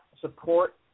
support